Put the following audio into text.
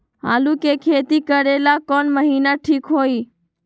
आलू के खेती करेला कौन महीना ठीक होई?